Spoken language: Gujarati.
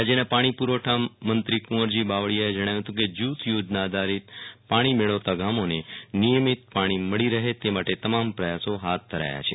રાજ્યના પાણી પુરવઠા મંત્રી કુંવરજી બાવળિયાએ જણાવ્યું હતું કે જૂથ યોજના આધારિત પાણી મેળવતા ગામોને નિયમીત પાણી મળી રહે તે માટે તમામ પ્રયાસો હાથ ધરાયા છે